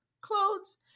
clothes